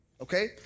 Okay